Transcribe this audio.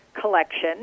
Collection